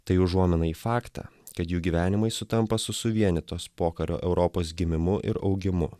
tai užuomina į faktą kad jų gyvenimai sutampa su suvienytos pokario europos gimimu ir augimu